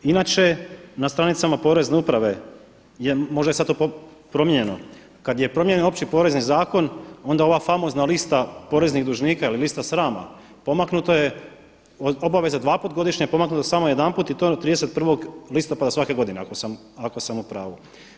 Inače na stranicama porezne uprave, možda je sada to promijenjeno, kada je promijenjen Opći porezni zakon onda ova famozna lista poreznih dužnika ili lista srama pomaknuto je, od obaveze dva puta godišnje, pomaknuto je samo jedanput i do 31. listopada svake godine ako sam u pravu.